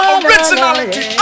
originality